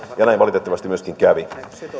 näin valitettavasti myöskin kävi